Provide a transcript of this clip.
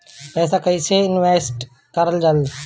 पैसा कईसे इनवेस्ट करल जाई?